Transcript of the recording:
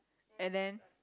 and then